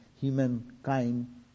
humankind